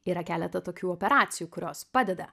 yra keletą tokių operacijų kurios padeda